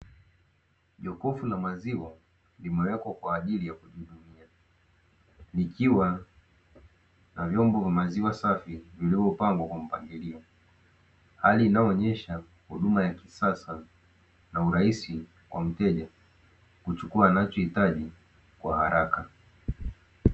Jokofu la maziwa limewekwa kwa ajili ya kujihudumia likiwa na vyombo vya maziwa safi vilivyopangwa kwa mpangilio hali inayoonesha huduma ya kisasa na urahisi kwa mteja kuchukua anachohitaji kwa haraka.